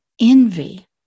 envy